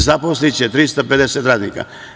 Zaposliće 350 radnika.